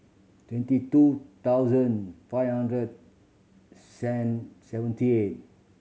twenty two thousand five hundred seventy eight